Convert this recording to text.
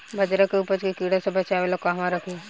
बाजरा के उपज के कीड़ा से बचाव ला कहवा रखीं?